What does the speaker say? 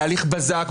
בהליך בזק,